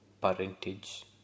parentage